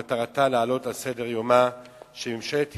מטרתה להעלות על סדר-יומה של ממשלת ישראל,